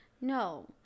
No